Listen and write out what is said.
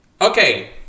Okay